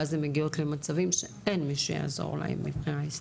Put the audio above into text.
ואז הן מגיעות למצבים שאין מי שיעזור להן מבחינה אסתטית.